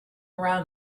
around